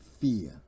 Fear